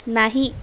नाही